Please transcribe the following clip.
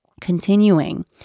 Continuing